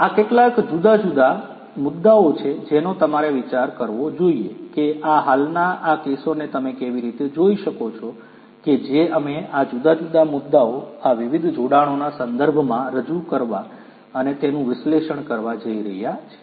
આ કેટલાક જુદા જુદા મુદ્દાઓ છે જેનો તમારે વિચાર કરવો જોઈએ કે આ હાલના આ કેસોને તમે કેવી રીતે જોઈ શકો છો કે જે અમે આ જુદા જુદા મુદ્દાઓ આ વિવિધ જોડાણોના સંદર્ભમાં રજૂ કરવા અને તેનું વિશ્લેષણ કરવા જઈ રહ્યા છીએ